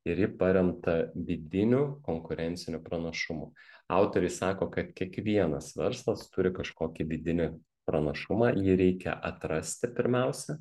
ir ji paremta vidiniu konkurenciniu pranašumu autoriai sako kad kiekvienas verslas turi kažkokį vidinį pranašumą jį reikia atrasti pirmiausia